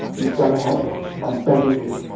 you've got to help me. i'm begging you,